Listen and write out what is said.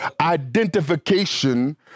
identification